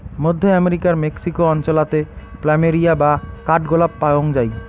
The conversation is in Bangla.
মধ্য আমেরিকার মেক্সিকো অঞ্চলাতে প্ল্যামেরিয়া বা কাঠগোলাপ পায়ং যাই